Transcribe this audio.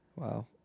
Wow